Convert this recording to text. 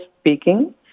speaking